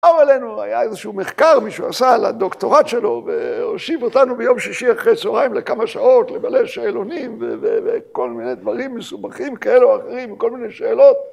אבל היה איזשהו מחקר, מישהו עשה על הדוקטורט שלו, והושיב אותנו ביום שישי אחרי צהריים לכמה שעות למלא שאלונים, וכל מיני דברים מסובכים כאלו או אחרים, וכל מיני שאלות.